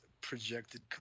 projected